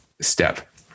step